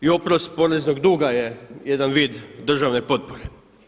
I oprost poreznog duga je jedan vid državne potpore.